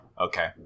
Okay